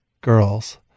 girls